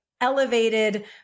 elevated